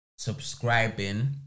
Subscribing